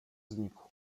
znikł